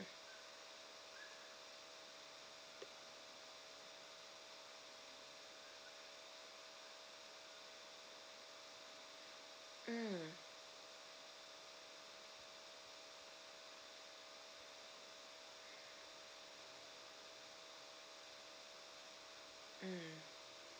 mm mm